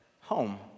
home